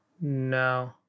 No